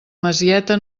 masieta